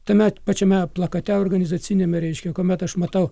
tame pačiame plakate organizaciniame reiškia kuomet aš matau